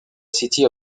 city